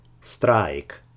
Strike